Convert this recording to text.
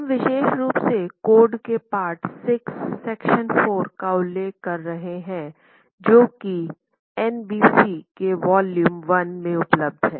हम विशेष रूप से कोड के पार्ट 6 सेक्शन 4 का उल्लेख कर रहे हैं जो कि एन बी सी के वोल्यूम 1 में उपलब्ध है